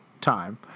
time